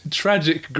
tragic